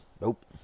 Nope